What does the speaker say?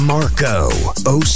Marco